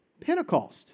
Pentecost